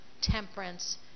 temperance